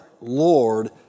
Lord